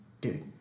dude